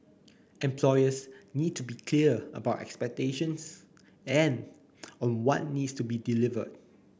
employers will need to be clear about expectations and on what needs to be delivered